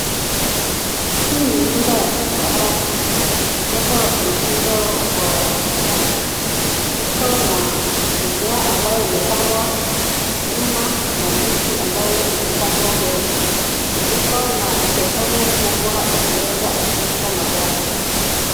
Hii ni nyumba ya kifahari. Imejengwa kwa mtindo wa kitambo. Iko na mimea ambayo imepandwa nyuma na miti ambayo imepandwa mbele. Iko na sehemu kubwa inaweza kuegeshwa magari.